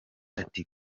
ati